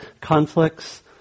conflicts